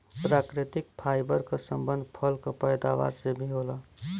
प्राकृतिक फाइबर क संबंध फल क पैदावार से भी होला